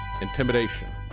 intimidation